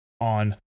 on